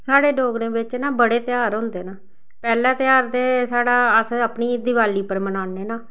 साढ़े डोगरें बिच्च ना बड़े तेहार होंदे न पैह्ला तेहार ते साढ़ा अस अपनी देआली पर मनान्नें ना